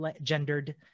gendered